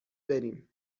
بریم